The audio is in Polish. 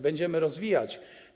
Będziemy to rozwijać.